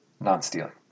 non-stealing